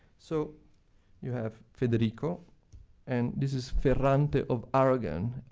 so you have federico and this is ferrante of aragon,